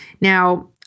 Now